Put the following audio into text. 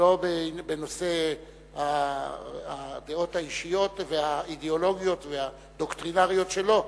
לא בנושא הדעות האישיות והאידיאולוגיות והדוקטרינריות שלו,